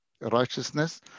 righteousness